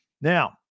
Now